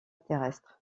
terrestres